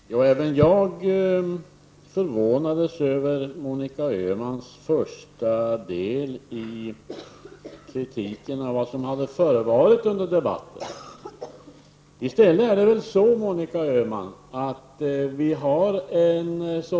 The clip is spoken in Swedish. Herr talman! Även jag förvånades över Monica Öhmans kritik över vad som hade förevarit under debattens första del.